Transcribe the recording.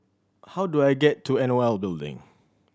how do I get to NOL Building